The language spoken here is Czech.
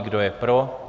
Kdo je pro?